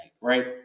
right